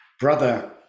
brother